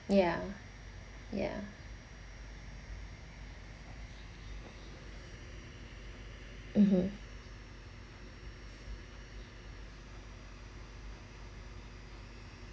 ya ya (uh huh)